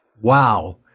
Wow